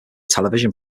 television